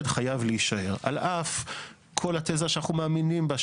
חייב להישאר על אף כל התזה שאנחנו מאמינים בה,